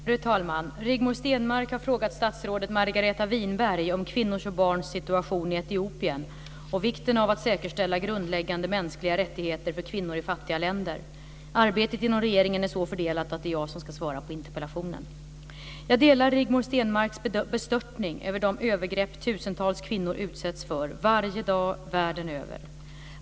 Fru talman! Rigmor Stenmark har frågat statsrådet Etiopien och vikten av att säkerställa grundläggande mänskliga rättigheter för kvinnor i fattiga länder. Arbetet inom regeringen är så fördelat att det är jag som ska svara på interpellationen. Jag delar Rigmor Stenmarks bestörtning över de övergrepp tusentals kvinnor utsätts för varje dag, världen över.